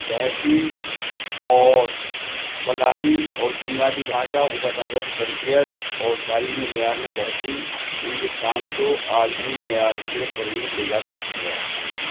بہتری اور فلاحی اور بنیادی ڈھانچہ اسا تازہ کی تربیت اور تعلیمی معیار میں بہتری ہندوستان کو عالمی معیار کے قریب لے جا سکتی ہے